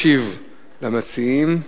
ישיב למציעים.